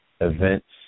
events